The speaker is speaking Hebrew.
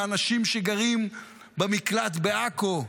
האנשים שגרים במקלט בעכו,